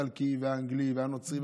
האיטלקי והאנגלי והנוצרי.